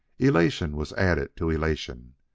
elation was added to elation.